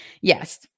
yes